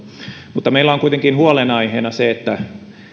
mutta meillä on kuitenkin huolenaiheena se